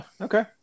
okay